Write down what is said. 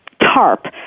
Tarp